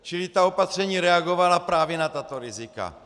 Čili ta opatření reagovala právě na tato rizika.